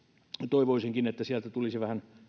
toivoisinkin että sieltä tulisi vähän